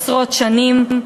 עשרות שנים.